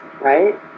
right